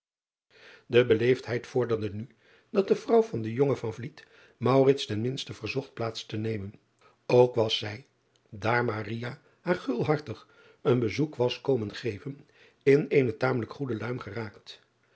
e beleefdheid vorderde nu dat de vrouw van den jongen ten minste verzocht plaats te nemen ook was zij daar haar gulhartig een bezoek was komen geven in eene tamelijk goede luim geraakt